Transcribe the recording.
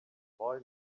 boy